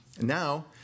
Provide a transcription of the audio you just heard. now